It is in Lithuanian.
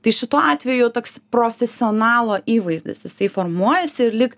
tai šituo atveju toks profesionalo įvaizdis jisai formuojasi ir lyg